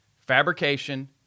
fabrication